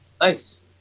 nice